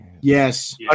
Yes